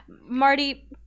Marty